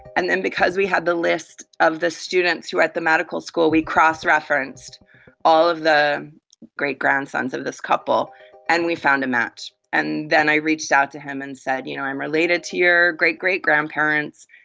and then because we had the list of the students who were at the medical school, we cross-referenced all of the great grandsons of this couple and we found a match. and then i reached out to him and said, you know i'm related to your great great grandparents,